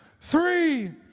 three